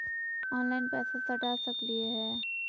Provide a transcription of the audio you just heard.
Online पैसा सटा सकलिय है?